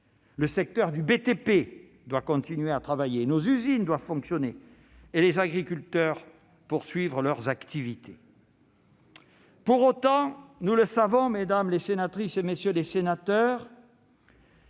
Le secteur du BTP doit continuer à travailler, nos usines doivent fonctionner et les agriculteurs poursuivre leurs activités. Pour autant, nous le savons, mesdames, messieurs les sénateurs,